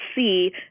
see